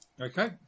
okay